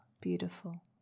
beautiful